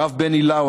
הרב בני לאו,